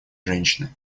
женщины